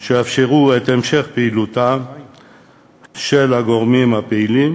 שיאפשרו את המשך פעילותם של הגורמים הפעילים